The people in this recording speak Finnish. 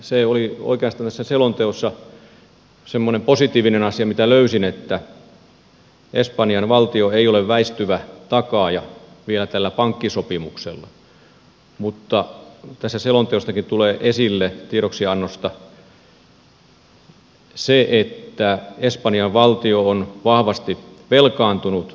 se oli oikeastaan tässä selonteossa semmoinen positiivinen asia jonka löysin että espanjan valtio ei ole väistyvä takaaja vielä tällä pankkisopimuksella mutta tässä tiedoksiannossakin tulee esille se että espanjan valtio on vahvasti velkaantunut